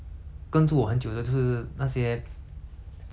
小时候 lah 经过很多那种 shit past lah then like